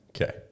Okay